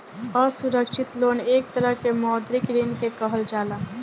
असुरक्षित लोन एक तरह के मौद्रिक ऋण के कहल जाला